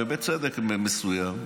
בצדק מסוים,